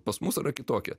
pas mus yra kitokia